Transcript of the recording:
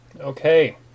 Okay